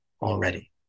already